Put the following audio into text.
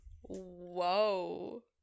Whoa